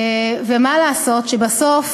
ומה לעשות שבסוף,